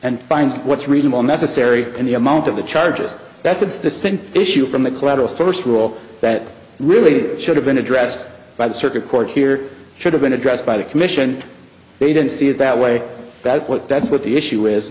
and finds what's reasonable necessary and the amount of the charges that's a distinct issue from the collateral source rule that really should have been addressed by the circuit court here should have been addressed by the commission they don't see it that way that what that's what the issue is